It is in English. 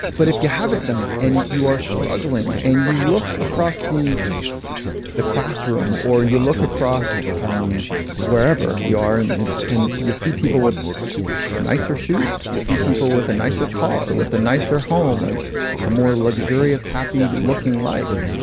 but if you haven't done it, and you are struggling, and you look across the the classroom. or you look across wherever you are and and you see people with nicer shoes. you see people with a nicer car. with a nicer home. and a more luxurious happy looking life,